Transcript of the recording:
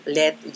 let